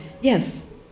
yes